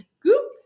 goop